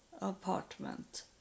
apartment